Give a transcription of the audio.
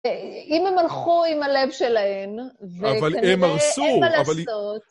אם הם הלכו עם הלב שלהן... אבל הן הרסו... ואין מה לעשות